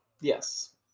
Yes